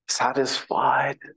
satisfied